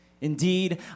Indeed